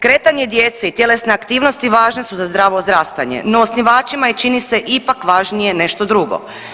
Kretanje djece i tjelesne aktivnosti važne su za zdravo odrastanje no osnivačima je čini se ipak važnije nešto drugo.